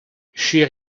she